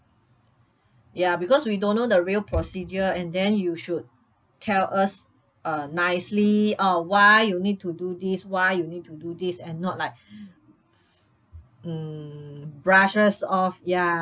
ya because we don't know the real procedure and then you should tell us uh nicely oh why you need to do this why you need to do this and not like um brush us off ya